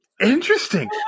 interesting